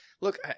look